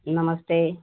नमस्ते